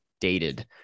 dated